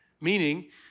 Meaning